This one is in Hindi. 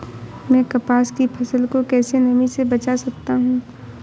मैं कपास की फसल को कैसे नमी से बचा सकता हूँ?